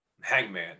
hangman